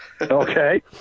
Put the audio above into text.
okay